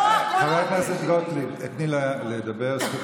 חברת הכנסת גוטליב, תיתני לה לדבר.